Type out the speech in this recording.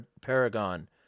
paragon